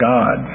God